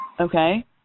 Okay